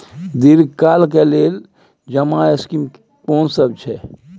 दीर्घ काल के लेल जमा स्कीम केना सब छै?